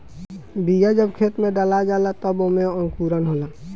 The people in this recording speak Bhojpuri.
बिया जब खेत में डला जाला तब ओमे अंकुरन होला